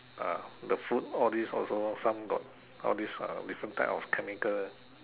ah the food all this also some got all this different type of chemical